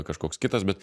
kažkoks kitas bet